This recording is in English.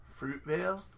Fruitvale